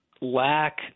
lack